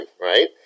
right